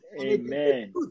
Amen